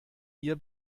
ihr